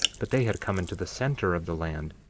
but they had come into the center of the land,